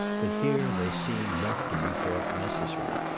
but here they seemed not to be thought necessary.